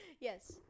Yes